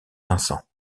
vincent